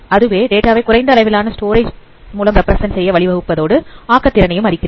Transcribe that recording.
அதுவே டேட்டா வை குறைந்த அளவிலான ஸ்டோரேஜ் ல் ரெப்பிரசன்ட் செய்ய வழிவகுப்பதோடு ஆக்கத்திறன் ஐயும் அதிகரிக்கிறது